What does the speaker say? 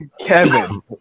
Kevin